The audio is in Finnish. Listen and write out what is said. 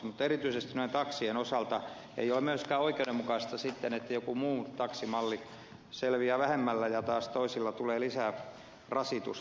mutta erityisesti näiden taksien osalta ei ole myöskään oikeudenmukaista sitten se että joku taksimalli selviää vähemmällä ja taas toisille tulee lisää rasitusta